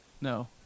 No